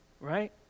right